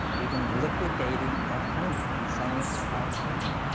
we've been liquidating our home and selling it to the highest bidder.